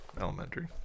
Elementary